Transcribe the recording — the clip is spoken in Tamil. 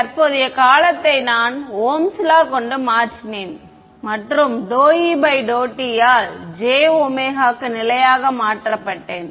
தற்போதைய காலத்தை நான் Ohm's law கொண்டு மாற்றினேன் மற்றும் ∂∂t ஆல் jω க்கு நிலையாக மாற்றப்பட்டேன்